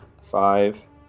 Five